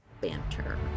banter